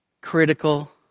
critical